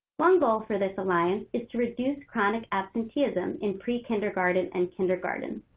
one goal for this alliance is to reduce chronic absenteeism in prekindergarten and kindergarten.